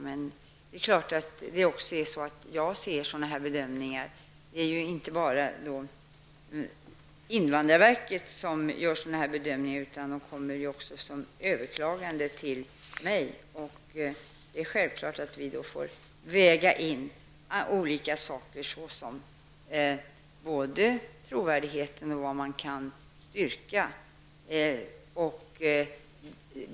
Men det är ju inte bara invandrarverket som gör sådana här bedömningar, utan fallen kommer genom överklaganden också till mig. Vi får då väga in olika saker, både vad gäller trovärdigheten och vad som kan styrkas.